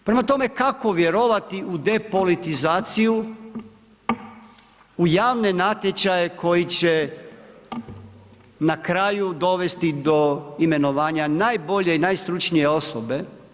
Prema tome kako vjerovati u depolitizaciju, u javne natječaje, koji će na kraju dovesti do imenovanje najbolje i najstručnije osobe?